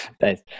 Thanks